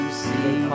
see